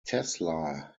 tesla